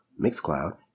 MixCloud